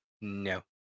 no